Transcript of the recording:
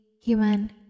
human